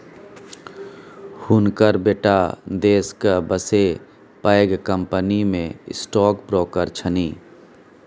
हुनकर बेटा देशक बसे पैघ कंपनीमे स्टॉक ब्रोकर छनि